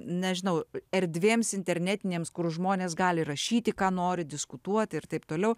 nežinau erdvėms internetinėms kur žmonės gali rašyti ką nori diskutuoti ir taip toliau